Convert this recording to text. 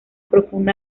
profunda